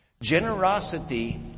Generosity